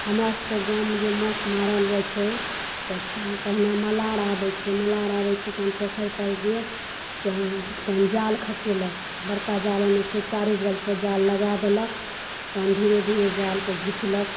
हमरासभके गाँवमे जे माछ मारल जाइत छै तऽ पहिने मलार आबैत छै मलार आबैत छै तहन पोखरि पर गेल तहन जाल खसेलक बरका जाल अनैत छै चारु बगलसँ जाल लगा देलक तहन धीरे धीरे जालकेँ घिचलक